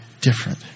different